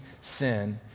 sin